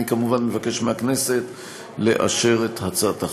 אני כמובן מבקש מהכנסת לאשר את הצעת החוק.